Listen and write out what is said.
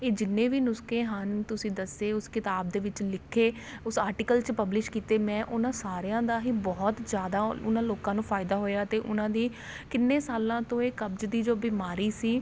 ਇਹ ਜਿੰਨੇ ਵੀ ਨੁਸਖੇ ਹਨ ਤੁਸੀਂ ਦੱਸੇ ਉਸ ਕਿਤਾਬ ਦੇ ਵਿੱਚ ਲਿਖੇ ਉਸ ਆਰਟੀਕਲ 'ਚ ਪਬਲਿਸ਼ ਕੀਤੇ ਮੈਂ ਉਹਨਾਂ ਸਾਰਿਆਂ ਦਾ ਹੀ ਬਹੁਤ ਜ਼ਿਆਦਾ ਉਹਨਾਂ ਲੋਕਾਂ ਨੂੰ ਫਾਇਦਾ ਹੋਇਆ ਅਤੇ ਉਹਨਾਂ ਦੀ ਕਿੰਨੇ ਸਾਲਾਂ ਤੋਂ ਇਹ ਕਬਜ਼ ਦੀ ਜੋ ਬਿਮਾਰੀ ਸੀ